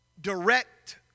direct